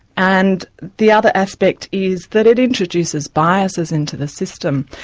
and the other aspect is, that it introduces biases into the system,